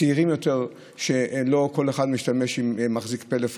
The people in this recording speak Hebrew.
צעירים יותר, שלא כל אחד מחזיק פלאפון